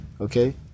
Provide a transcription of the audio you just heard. okay